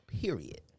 period